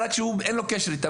רק שאין לו קשר איתם,